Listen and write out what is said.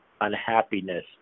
unhappiness